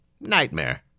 Nightmare